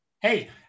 Hey